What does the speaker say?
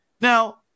now